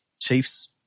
Chiefs